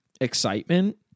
excitement